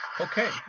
Okay